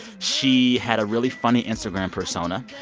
she had a really funny instagram persona.